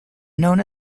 known